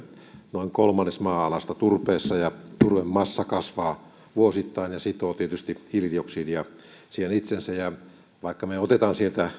noin kolmannes maa alasta turpeessa ja turvemassa kasvaa vuosittain ja sitoo tietysti hiilidioksidia siihen itseensä vaikka me otamme sieltä